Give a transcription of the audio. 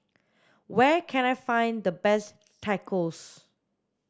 where can I find the best Tacos